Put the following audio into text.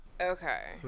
Okay